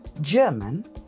German